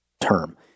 term